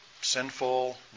sinful